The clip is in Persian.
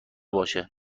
باشه